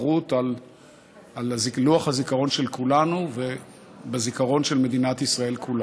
חרוט על לוח הזיכרון של כולנו ובזיכרון של מדינת ישראל כולה.